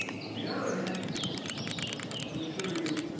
on the other hand i want to assure you